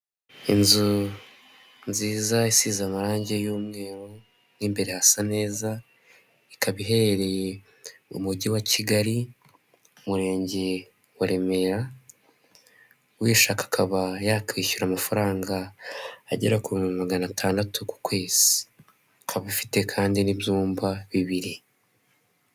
Inzu nziza isize amarange y'umweru mu imbere hasa neza, ikaba iherereye mu mujyi wa Kigali umurenge wa Remera uyishaka akaba yakwishyura amafaranga agera ku bihumbi maganatandatu ku kwezi, ikaba ifite kandi n'ibyumba bibiri.